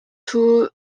two